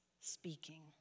speaking